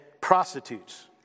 prostitutes